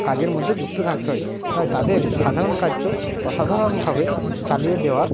কাজের মধ্যে ঢুকতে থাকতে হয় তাই তাদের সাধারণ কাজকেও অসাধারণভাবে চালিয়ে দেওয়ার